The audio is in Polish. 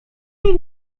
ich